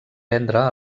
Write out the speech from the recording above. vendre